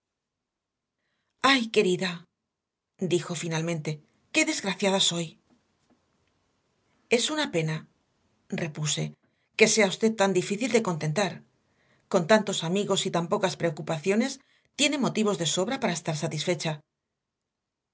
ay querida dijo finalmente qué desgraciada soy es una pena repuse que sea usted tan difícil de contentar con tantos amigos y tan pocas preocupaciones tiene motivos de sobra para estar satisfecha